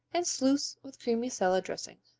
and sluice with creamy salad dressing.